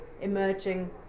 emerging